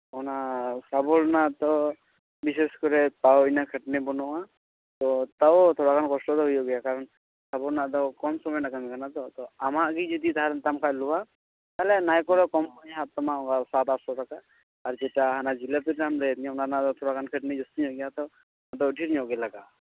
ᱚᱱᱟ ᱥᱟᱵᱚᱞ ᱨᱮᱱᱟᱜ ᱛᱚ ᱵᱤᱥᱮᱥ ᱠᱚᱨᱮ ᱛᱟᱣ ᱩᱱᱟᱹᱜ ᱠᱷᱟᱹᱴᱟᱹᱱᱤ ᱵᱟᱹᱱᱩᱜᱼᱟ ᱛᱚ ᱛᱟᱣ ᱛᱷᱚᱲᱟ ᱜᱟᱱ ᱠᱚᱥᱴᱚ ᱫᱚ ᱦᱩᱭᱩᱜ ᱜᱮᱭᱟ ᱠᱟᱨᱚᱱ ᱥᱟᱵᱚᱞ ᱨᱮᱱᱟᱜ ᱫᱚ ᱠᱚᱢ ᱥᱚᱢᱚᱭ ᱨᱮᱱᱟᱜ ᱠᱟᱹᱢᱤ ᱠᱟᱱᱟ ᱛᱚ ᱟᱢᱟᱜ ᱜᱮ ᱡᱩᱫᱤ ᱛᱟᱦᱮᱞᱮᱱ ᱛᱟᱢ ᱠᱷᱟᱱ ᱞᱳᱦᱟ ᱛᱟᱦᱚᱞᱮ ᱱᱟᱭ ᱠᱚᱨᱮ ᱠᱚᱢ ᱦᱩᱭ ᱠᱚᱜ ᱛᱟᱢᱟ ᱥᱟᱛ ᱟᱴ ᱥᱚ ᱴᱟᱠᱟ ᱟᱨ ᱡᱮᱴᱟ ᱦᱟᱱᱟ ᱡᱷᱤᱞᱟᱹᱯᱤ ᱨᱮᱱᱟᱜ ᱮᱢ ᱞᱟᱹᱭᱟᱫᱤᱧᱟ ᱚᱱᱟ ᱨᱮᱱᱟᱜ ᱫᱚ ᱛᱷᱚᱲᱟ ᱜᱟᱱ ᱠᱷᱟᱹᱴᱱᱤ ᱡᱟᱹᱥᱛᱤ ᱧᱚᱜ ᱜᱮᱭᱟ ᱛᱚ ᱟᱫᱚ ᱰᱷᱮᱨ ᱧᱚᱜ ᱜᱮ ᱞᱟᱜᱟᱜᱼᱟ